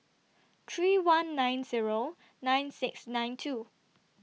three one nine Zero nine six nine two